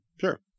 Sure